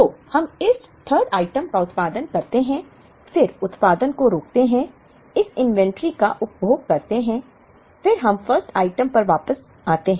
तो हम इस 3rd आइटम का उत्पादन करते हैं फिर उत्पादन को रोकते हैं इस इन्वेंट्री का उपभोग करते हैं फिर हम 1st आइटम पर वापस आते हैं